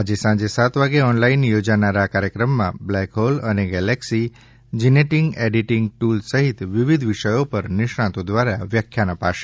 આજે સાંજે સાત વાગે ઓનલાઈન યોજાનાર આ કાર્યક્રમમાં બ્લેકહોલ અને ગેલેક્સી જીનેટીંગ એડીટીંગ ટૂલ સહિત વિવિધ વિષયો પર નિષ્ણાતો દ્વારા વ્યાખ્યાન અપાશે